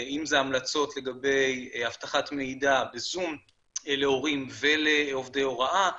אם זה המלצות לגבי אבטחת מידע בזום להורים ולעובדי הוראה,